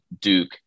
Duke